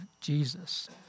Jesus